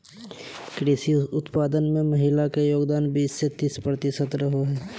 कृषि उत्पादन में महिला के योगदान बीस से तीस प्रतिशत रहा हइ